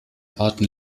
arten